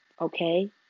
Okay